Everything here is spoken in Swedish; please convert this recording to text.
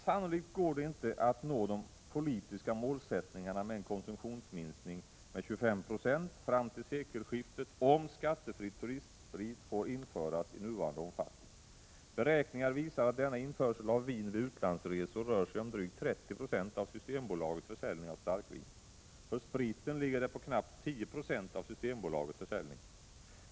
Sannolikt går det inte att nå de politiska målsättningarna om en konsumtionsminskning med 25 96 fram till sekelskiftet, om skattefri turistsprit får införas i nuvarande omfattning. Beräkningar visar att denna införsel av vin vid utlandsresor motsvarar drygt 30 20 av Systembolagets försäljning av starkvin. För spriten ligger det på knappt 10 96 av Systembolagets försäljning.